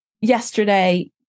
yesterday